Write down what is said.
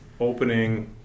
opening